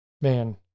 man